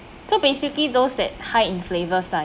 so basically those that high in flavours lah